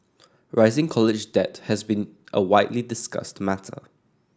rising college debt has been a widely discussed matter